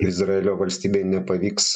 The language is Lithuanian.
izraelio valstybei nepavyks